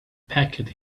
packed